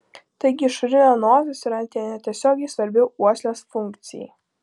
taigi išorinė nosis yra netiesiogiai svarbi uoslės funkcijai